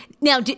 Now